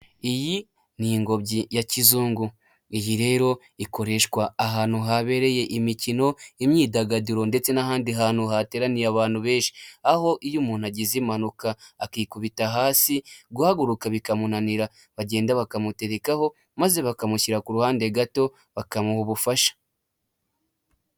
Iyi ni ingobyi ya kizungu, iyi rero ikoreshwa ahantu habereye imikino, imyidagaduro ndetse n'ahandi hantu hateraniye abantu benshi aho iyo umuntu agize impanuka akikubita hasi guhaguruka bikamunanira bagenda bakamuterekaho maze bakamushyira ku ruhande gato bakamuha ubufasha.